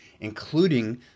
including